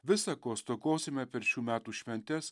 visa ko stokosime per šių metų šventes